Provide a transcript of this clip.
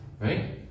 right